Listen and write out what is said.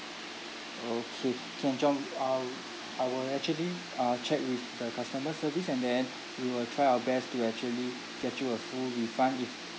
okay can john um I will actually uh check with the customer service and then we will try our best to actually get you a full refund if